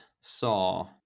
saw